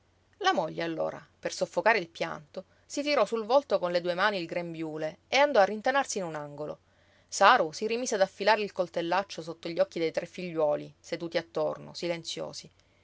la moglie allora per soffocare il pianto si tirò sul volto con le due mani il grembiule e andò a rintanarsi in un angolo saru si rimise ad affilar il coltellaccio sotto gli occhi dei tre figliuoli seduti attorno silenziosi